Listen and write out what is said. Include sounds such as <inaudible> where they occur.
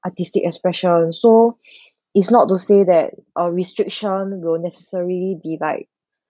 artistic expression so <breath> it's not to say that a restriction will necessarily be like